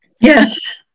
Yes